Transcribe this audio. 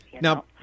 Now